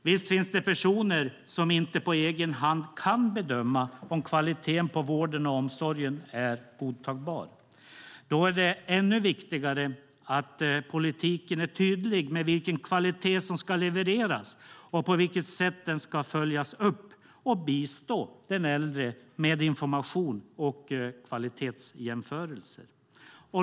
Visst finns det personer som inte på egen hand kan bedöma om kvaliteten på vården och omsorgen är godtagbar. Då är det ännu viktigare att politiken är tydlig med vilken kvalitet som ska levereras, på vilket sätt den ska följas upp och att bistå den äldre med information och kvalitetsjämförelser.